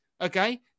Okay